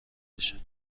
بشه